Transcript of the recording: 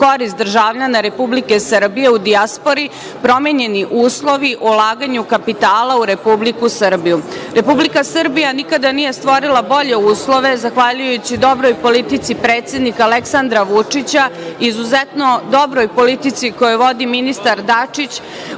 korist državljana Republike Srbije u dijaspori, promenjeni uslovi o ulaganju kapitala u Republiku Srbiju? Republika Srbija nikada nije stvorila bolje uslove zahvaljujući dobroj politici, predsednika Aleksandra Vučića, izuzetno dobroj politici koju vodi ministar Dačić,